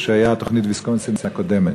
כשהייתה תוכנית ויסקונסין הקודמת.